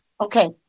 Okay